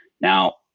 Now